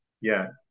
Yes